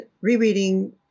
rereading